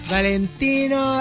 Valentino